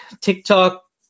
tiktok